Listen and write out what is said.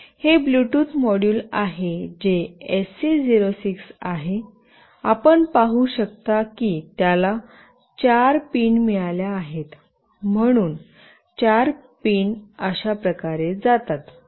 हे Bluetooth module आहे जे एचसी 06 आहे आपण पाहू शकता की त्याला चार पिन मिळाल्या आहेत म्हणून चार पिन अशाप्रकारे जातात